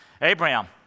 Abraham